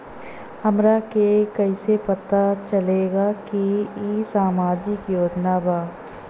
हमरा के कइसे पता चलेगा की इ सामाजिक योजना बा?